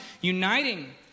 uniting